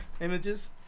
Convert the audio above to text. images